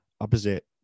opposite